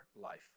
life